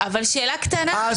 אבל שאלה קטנה.